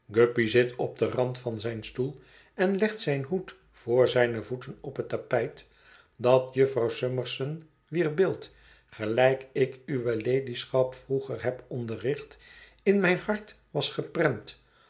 zit op den rand van zijn stoel en legt zijn hoed voor zijne voeten op het tapijt dat jufvrouw summerson wier beeld gelijk ik uwe ladyschap vroeger heb onderricht in mijn hart was geprent